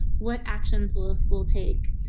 what actions will school take?